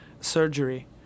surgery